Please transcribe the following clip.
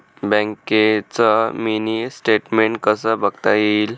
बँकेचं mini statement कसं बघता येईल?